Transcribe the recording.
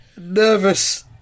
Nervous